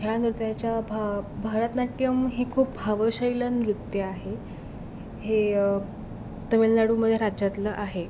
ह्या नृत्याच्या भा भरतनाट्यम हे खूप भावं शैल नृत्य आहे हे तमिलनाडूमधील राज्यातलं आहे